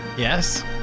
Yes